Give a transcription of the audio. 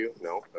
no